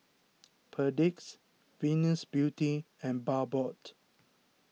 Perdix Venus Beauty and Bardot